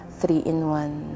three-in-one